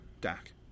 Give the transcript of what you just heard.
Dak